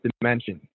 dimension